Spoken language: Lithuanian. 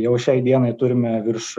jau šiai dienai turime virš